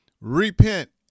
repent